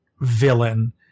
villain